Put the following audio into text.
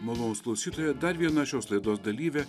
malonūs klausytojai dar viena šios laidos dalyvė